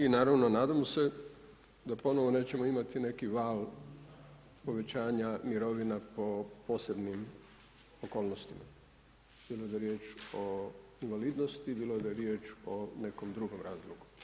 I naravno nadam se da ponovo nećemo imati neki val povećanja mirovina po posebnim okolnostima, bilo da je riječ invalidnosti, bilo da je riječ o nekom drugom razlogu.